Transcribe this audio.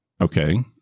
Okay